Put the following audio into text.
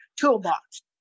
toolbox